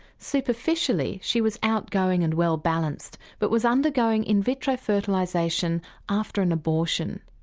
superficially she was outgoing and well balanced but was undergoing invitro fertilisation after an abortion.